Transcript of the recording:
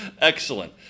Excellent